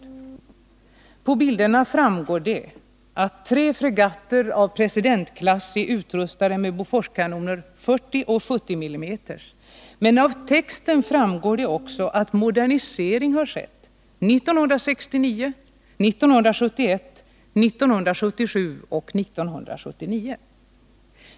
Av bilderna som jag visar på kammarens bildskärm framgår det att tre fregatter av Presidentklassen är utrustade med Boforskanoner 40 och 70 mm, men av texten framgår också att modernisering har skett 1969, 1971, 1977 och 1979.